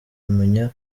kumenya